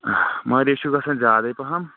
اہ مگر یہِ چھُ گژھان زیادٕے پہم